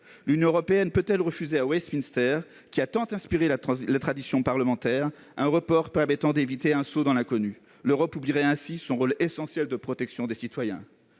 L'Union européenne peut-elle refuser à Westminster, qui a tant inspiré la tradition parlementaire, un report permettant d'éviter un saut dans l'inconnu ? En le faisant, elle oublierait son rôle essentiel de protection des citoyens.